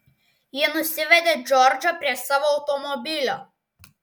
ji nusivedė džordžą prie savo automobilio